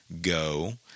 go